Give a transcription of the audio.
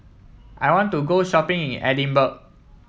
I want to go shopping in Edinburgh